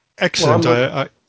Excellent